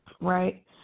right